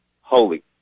Holy